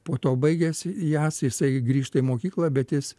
po to baigęs jas jisai grįžta į mokyklą bet jis